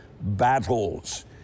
battles